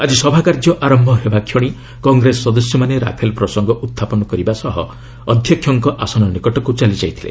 ଆକି ସଭାକାର୍ଯ୍ୟ ଆରମ୍ଭ ହେବାକ୍ଷଣି କଂଗ୍ରେସ ସଦସ୍ୟମାନେ ରାଫେଲ ପ୍ରସଙ୍ଗ ଉହ୍ଚାପନ କରିବା ସହ ଅଧ୍ୟକ୍ଷକଙ୍କ ଆସନ ନିକଟକୁ ଚାଲିଯାଇଥିଲେ